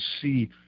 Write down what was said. see